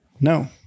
no